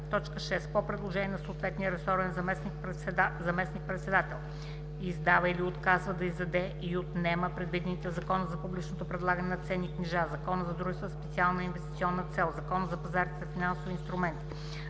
така: „6. по предложение на съответния ресорен заместник-председател издава или отказва да издаде и отнема предвидените в Закона за публичното предлагане на ценни книжа, Закона за дружествата със специална инвестиционна цел, Закона за пазарите на финансови инструменти,